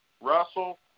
Russell